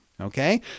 Okay